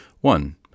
one